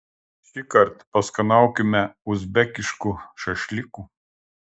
šįkart paskanaukime uzbekiškų šašlykų